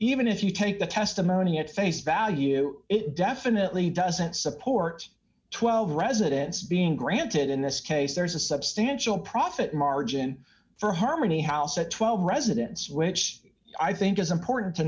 even if you take the testimony at face value it definitely doesn't support twelve residents being granted in this case there's a substantial profit margin for harmony house at twelve residence which i think is important